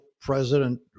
president